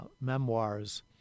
memoirs